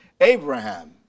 Abraham